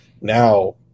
now